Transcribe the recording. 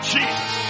Jesus